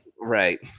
Right